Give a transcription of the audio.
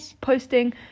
posting